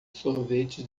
sorvete